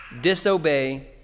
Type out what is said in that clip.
disobey